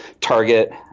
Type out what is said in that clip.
Target